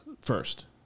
first